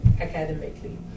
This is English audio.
academically